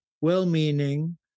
well-meaning